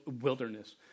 wilderness